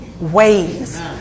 ways